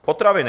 Potraviny